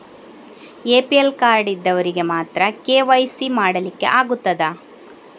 APL card ಇದ್ದವರಿಗೆ ಮಾತ್ರ KYC ಮಾಡಲಿಕ್ಕೆ ಆಗುತ್ತದಾ?